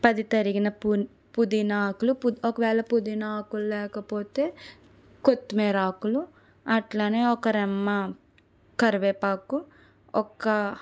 పది తరిగిన పు పుదీనా ఆకులు ఒకవేళ పుదీనా ఆకులు లేకపోతే కొత్తిమీర ఆకులు అట్లానే ఒక రెమ్మ కరివేపాకు ఒక్క